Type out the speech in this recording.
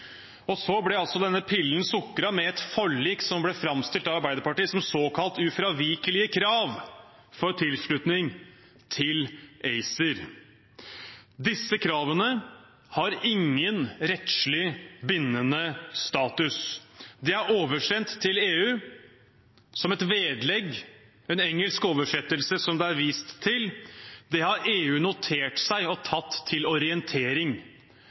Så ble altså denne pillen sukret med et forlik som ble framstilt av Arbeiderpartiet som såkalte ufravikelige krav for tilslutning til ACER. Disse kravene har ingen rettslig bindende status. De er oversendt til EU som et vedlegg, en engelsk oversettelse som det er vist til. Det har EU notert seg og tatt til orientering.